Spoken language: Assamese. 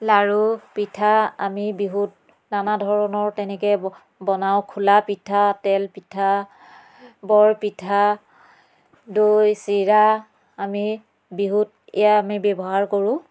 লাৰু পিঠা আমি বিহুত নানা ধৰণৰ তেনেকৈ ব বনাওঁ খোলাপিঠা তেলপিঠা বৰপিঠা দৈ চিৰা আমি বিহুত এয়া আমি ব্যৱহাৰ কৰোঁ